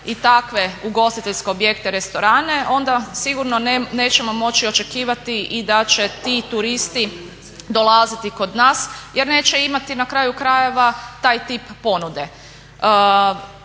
i takve ugostiteljske objekte, restorane, onda sigurno nećemo moći očekivati i da će ti turisti dolaziti kod nas jer neće imati na kraju krajeva taj tip ponude.